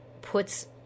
puts